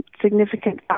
significant